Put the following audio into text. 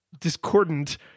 discordant